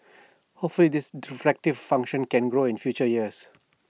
hopefully this reflective function can grow in future years